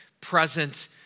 present